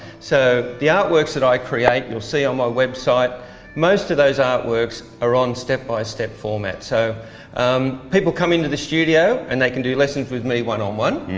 so the art works that i create, you'll see on my website most of those art works are on step by step formats. so um people come into the studio and they can do lessons with me one on one.